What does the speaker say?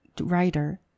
writer